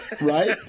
Right